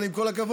אבל עם כל הכבוד,